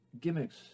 gimmicks